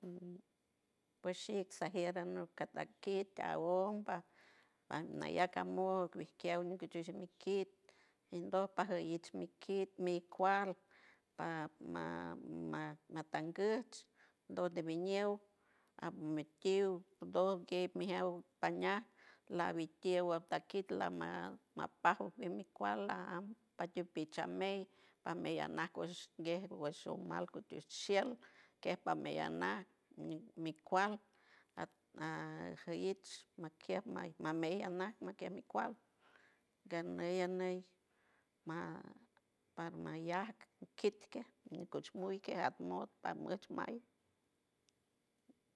Pue shics sajier anoc cata quit awonpa pat nallac amoc aquiew gu shismi quit inbop pajayuts mi quit mi cual padma matangush do de vienew atmiquiw do gue mijiaw pañajc lave quiew atptaquit la mamaja mapajo mi cual la am patiw pichamey pamey anac coch gue guesho mal kutishiel que pameya na mi cual a---jaitsh a a maquiey mamey anac maquie mi cual ganey, aney ma---- partmallat kit que nicoshcut que atmot ta much mal.